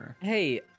Hey